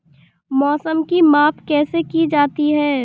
मौसम की माप कैसे की जाती है?